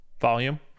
volume